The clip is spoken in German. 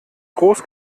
groß